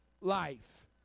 life